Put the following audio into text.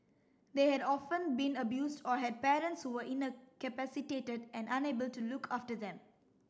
they had often been abused or had parents who were incapacitated and unable to look after them